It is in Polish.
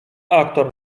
aktor